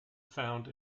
found